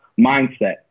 mindset